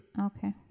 Okay